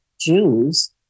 Jews